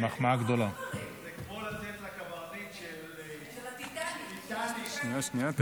זה כמו לתת לקברניט של הטיטניק להמשיך להנהיג את העם.